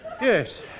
Yes